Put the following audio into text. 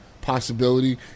possibility